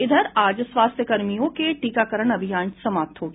इधर आज स्वास्थ्य कर्मियों के टीकाकरण अभियान समाप्त हो गया